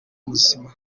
muzima